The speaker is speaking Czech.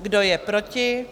Kdo je proti?